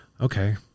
Okay